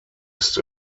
ist